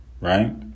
right